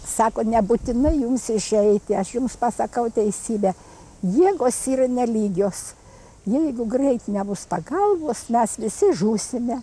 sako nebūtinai jums išeiti aš jums pasakau teisybę jėgos yra nelygios jeigu greit nebus pagalbos mes visi žūsime